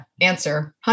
Answer